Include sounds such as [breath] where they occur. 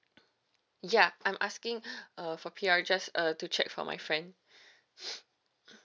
ya I'm asking uh for P_R just uh to check for my friend [breath]